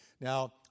Now